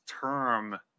term